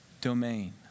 domain